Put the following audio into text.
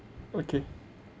okay